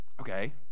Okay